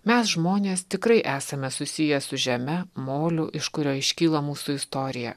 mes žmonės tikrai esame susiję su žeme moliu iš kurio iškyla mūsų istorija